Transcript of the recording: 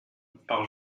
par